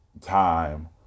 time